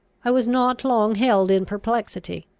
i was not long held in perplexity.